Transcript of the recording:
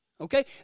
Okay